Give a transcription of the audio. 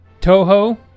Toho